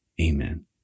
Amen